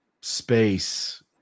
space